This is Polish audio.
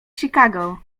chicago